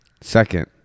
Second